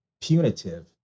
punitive